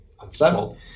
unsettled